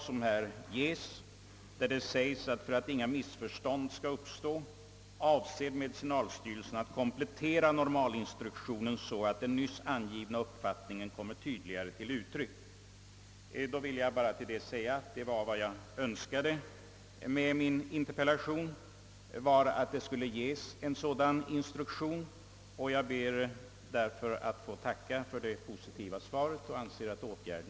Statsrådet säger vidare: »För att inga missförstånd skall uppstå avser medicinalstyrelsen att komplettera normalinstruktionen så, att den nyss angivna uppfattningen kommer tydligare till uttryck.» Vad jag önskade med min interpellation var just, att det skulle utfärdas en sådan instruktion, Jag ber därför att få tacka för det positiva svaret och den värdefulla åtgärden.